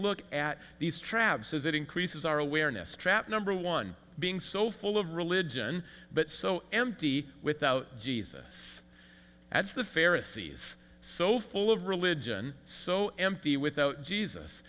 look at these traps as it increases our awareness trap number one being so full of religion but so empty without jesus as the fairest sees so full of religion so empty without jesus